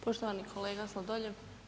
Poštovani kolega Sladoljev.